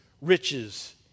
riches